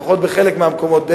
לפחות בחלק מהמקומות,